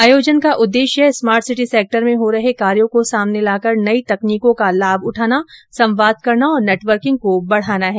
आयोजन का उददेश्य स्मार्टसिटी सेक्टर में हो रहे कार्यो को सामने लाकर नई तकनीकों का लाभ उठाना संवाद करना और नेटवर्किंग को बढ़ाना है